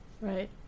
Right